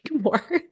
more